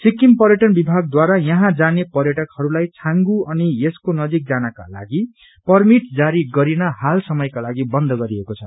सिक्किम पर्यटन विभागद्वारा यहाँ जाने पर्यटकहरूलाई छांगु अनि यसको नजिक जानकालागि परमिट जारी गरिन हाल समयकोलागि बन्द गरिएको छ